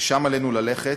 לשם עלינו ללכת.